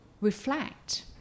reflect